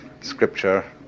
scripture